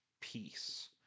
peace